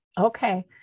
Okay